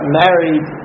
married